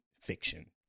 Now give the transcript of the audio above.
fiction